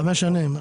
חמש שנים.